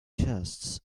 chests